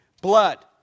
blood